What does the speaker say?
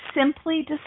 simply